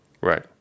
Right